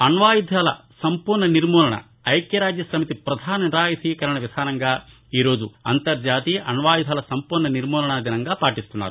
అణ్వాయుధాల సంపూర్ణనిర్మూలన ఐక్యరాజ్యసమితి పధాన నిరాయుధీకరణ విధానంగా ఈరోజు అంతర్జాతీయ అణ్వాయుధాల సంపూర్ణ నిర్మూలనా దినంగా పాటిస్తున్నారు